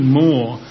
more